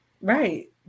Right